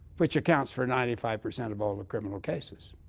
which accounts for ninety five percent of all the criminal cases.